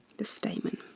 the stamen.